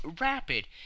rapid